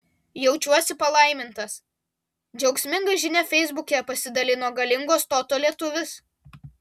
jaučiuosi palaimintas džiaugsminga žinia feisbuke pasidalino galingo stoto lietuvis